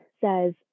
says